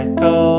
Echo